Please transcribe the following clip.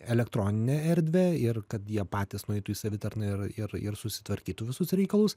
elektroninę erdvę ir kad jie patys nueitų į savitarną ir ir ir susitvarkytų visus reikalus